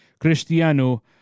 Cristiano